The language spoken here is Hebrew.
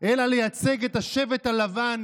אלא לייצג את השבט הלבן,